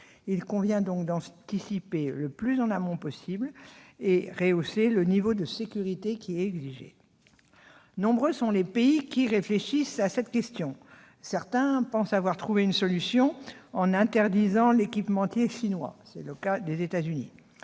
Il convient donc d'anticiper le plus en amont possible, en rehaussant le niveau de sécurité exigé. Nombreux sont les pays qui réfléchissent à cette question. Certains pensent avoir trouvé la solution en interdisant l'équipementier chinois. C'est le cas des États-Unis,